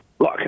Look